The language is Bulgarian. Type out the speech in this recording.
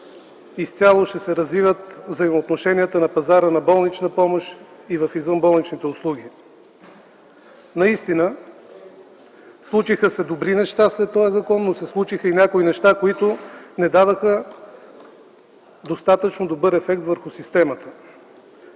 изцяло ще се развиват взаимоотношенията на пазара на болничната помощ и извънболничните услуги. Наистина случиха се добри неща след този закон, но се случиха и някои неща, които не даваха достатъчно добър ефект върху системата.